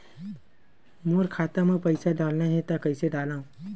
मोर खाता म पईसा डालना हे त कइसे डालव?